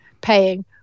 paying